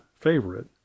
favorite